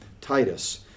Titus